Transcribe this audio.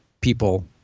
people